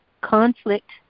conflict